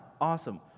awesome